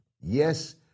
Yes